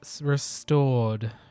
restored